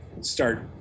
start